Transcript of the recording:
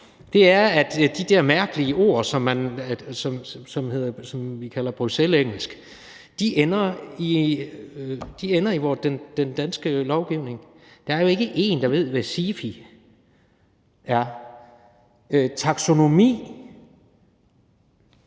det er, at de her mærkelige ord, som vi kalder Bruxellesengelsk, ender i den danske lovgivning; der er jo ikke én, der ved, hvad et SIFI er, hvad en